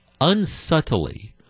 unsubtly